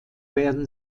werden